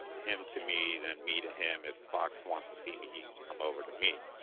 him to me than me to him if foxx wants to see me, he can come over to me.